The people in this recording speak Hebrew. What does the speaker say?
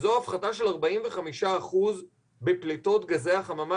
וזו הפחתה של 45 אחוזים מפליטות גזי החממה